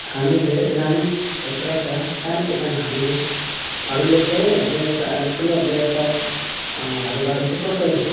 हामीले ग्रामीण क्षेत्रका साना किसानहरूले हरूले चाहिँ व्यवसाय ठुलो व्यवसाय हरूबाट चाहिँ कसरी